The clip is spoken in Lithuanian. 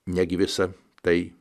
negi visa tai